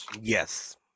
yes